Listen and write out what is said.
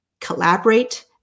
collaborate